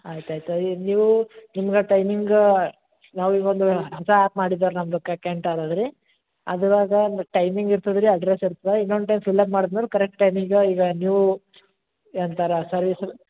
ಆಯ್ತು ಆಯಿತು ಈಗ ನೀವು ನಿಮ್ಗೆ ಟೈಮಿಂಗ ನಾವು ಈಗೊಂದು ಹೊಸ ಆ್ಯಪ್ ಮಾಡಿದ್ದೇವೆ ರ್ ನಮ್ದು ಕ ಕೆಂಟ್ ಅನ್ನೋದು ರೀ ಅದ್ರಾಗೆ ಒಂದು ಟೈಮಿಂಗ್ ಇರ್ತದೆ ರೀ ಅಡ್ರಸ್ ಇರ್ತದೆ ಇನ್ನೊಂದು ಟೈಮ್ ಫಿಲ್ಲಪ್ ಮಾಡ್ದ ಮೇಲೆ ಕರೆಕ್ಟ್ ಟೈಮಿಗೆ ಈಗ ನೀವು ಎಂಥಾರೂ ಸರ್ವಿಸು